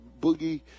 boogie